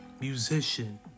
musician